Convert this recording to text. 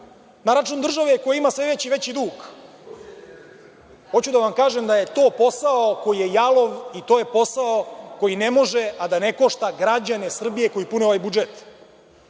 na račun države koja ima sve veći i veći dug. Hoću da vam kažem da je to posao koji je jalov i to je posao koji ne može a da ne košta građane Srbije koji pune ovaj budžet. Pre